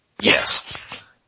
Yes